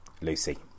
Lucy